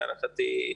להערכתי,